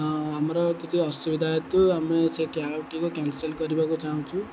ହଁ ଆମର କିଛି ଅସୁବିଧା ହେତୁ ଆମେ ସେ କ୍ୟାବ୍ଟିକୁ କ୍ୟାନସଲ୍ କରିବାକୁ ଚାହୁଁଛୁ